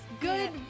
good